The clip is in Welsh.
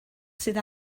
sydd